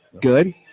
Good